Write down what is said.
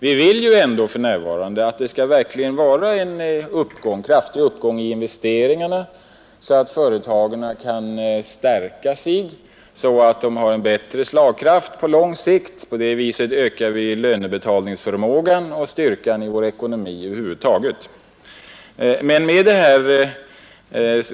Vi vill ju ändå för närvarande få till stånd en kraftig uppgång i investeringarna så att företagen kan stärka sig och få en bättre slagkraft på lång sikt. På det sättet ökar vi lönebetalningsförmågan och styrkan i vår ekonomi över huvud taget.